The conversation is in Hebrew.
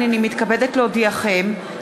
הנני מתכבדת להודיעכם,